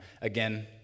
Again